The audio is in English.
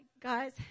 guys